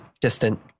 distant